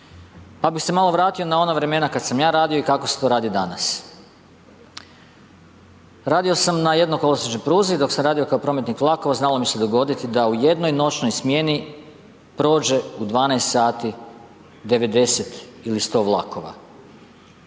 pa bi se malo vratio na ona vremena kad sam ja radio i kako se to radi danas. Radio sam na jednokolosiječnoj pruzi dok sam radio kao prometnik vlakova, znalo mi se dogoditi da u jednoj noćnoj smjeni prođe u 12 sati 90 ili 100 vlakova.